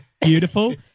beautiful